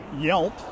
Yelp